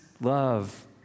love